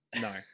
No